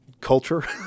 culture